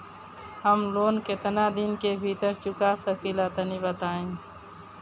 हम लोन केतना दिन के भीतर चुका सकिला तनि बताईं?